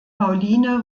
pauline